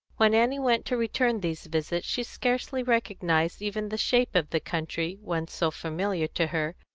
when annie went to return these visits she scarcely recognised even the shape of the country, once so familiar to her,